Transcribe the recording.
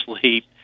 sleep